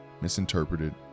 misinterpreted